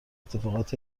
اتفاقات